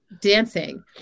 dancing